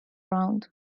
round